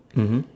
mmhmm